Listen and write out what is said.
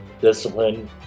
discipline